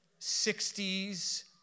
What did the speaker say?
60s